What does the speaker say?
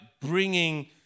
bringing